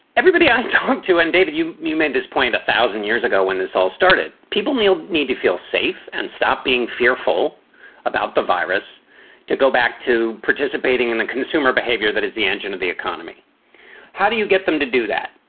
everybody i talked to and david, you made this point a thousand years ago when this all started. people need need to feel safe and stop being fearful about the virus to go back to participating in the consumer behavior that is the engine of the economy how do you get them to do that?